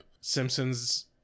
Simpsons